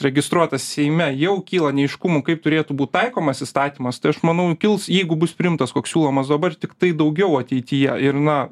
registruotas seime jau kyla neaiškumų kaip turėtų būt taikomas įstatymas tai aš manau kils jeigu bus priimtas koks siūlomas dabar tiktai daugiau ateityje ir na